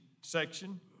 section